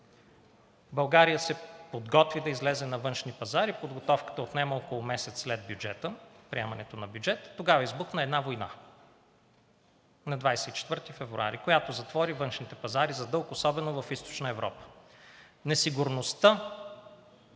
България се подготви да излезе на външни пазари, подготовката отнема около месец след бюджета, приемането на бюджет, тогава избухна една война – на 24 февруари, която затвори външните пазари за дълг, особено в Източна Европа. Несигурността